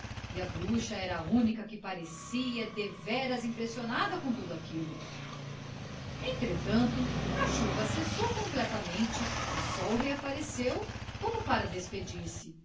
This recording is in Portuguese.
e a bruxa era a única que parecia deveras impressionada com tudo aquilo entretanto a chuva cessou completamente o sol reapareceu como para despedir-se